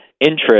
interest